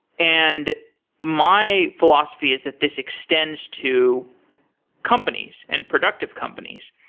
and my philosophy is that this extends to companies, and productive companies.